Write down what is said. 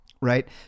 Right